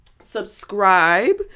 Subscribe